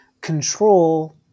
control